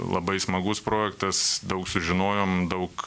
labai smagus projektas daug sužinojom daug